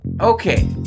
Okay